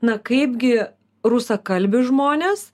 na kaip gi rusakalbius žmones